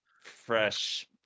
Fresh